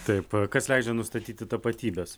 taip kas leidžia nustatyti tapatybes